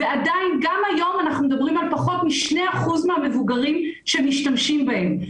יש היום פחות מ-2% מהמבוגרים שמשתמשים בהן,